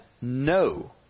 No